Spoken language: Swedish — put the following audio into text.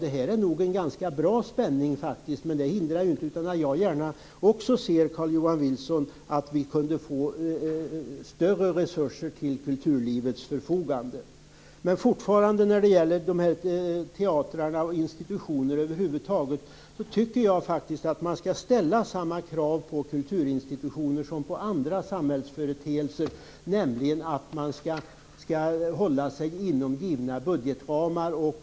Det är nog en ganska bra spänning. Det hindrar inte att också jag gärna ser, Carl-Johan Wilson, att vi kunde få större resurser till kulturlivets förfogande. Fortfarande tycker jag att samma krav skall ställas på teatrarna och kulturinstitutionerna över huvud taget som på andra samhällsföreteelser, nämligen att man skall hålla sig inom givna budgetramar.